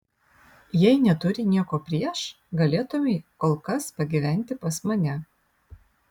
jei neturi nieko prieš galėtumei kol kas pagyventi pas mane